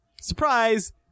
surprise